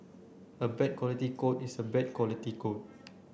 a bad quality code is a bad quality code